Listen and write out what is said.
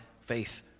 faith